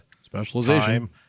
Specialization